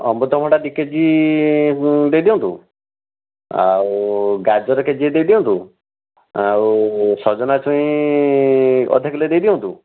ଅମୃତଭଣ୍ଡା ଦୁଇ କେଜି ଦେଇଦିଅନ୍ତୁ ଆଉ ଗାଜର କେଜି ଦେଇଦିଅନ୍ତୁ ଆଉ ସଜନା ଛୁଇଁ ଅଧ କିଲୋ ଦେଇଦିଅନ୍ତୁ